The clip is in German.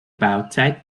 bauzeit